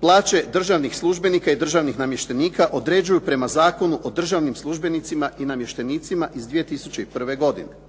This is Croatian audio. plaće državnih službenika i državnih namještenika određuju prema Zakonu o državnim službenicima i namještenicima iz 2001. godine